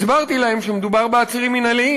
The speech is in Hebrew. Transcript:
הסברתי להם שמדובר בעצירים מינהליים,